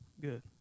Good